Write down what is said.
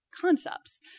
concepts